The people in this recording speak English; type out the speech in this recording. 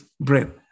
brain